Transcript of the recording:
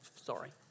Sorry